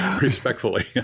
respectfully